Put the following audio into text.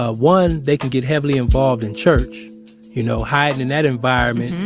ah one, they can get heavily involved in church you know, hiding in that environment.